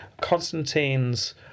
Constantine's